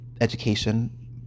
education